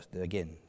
Again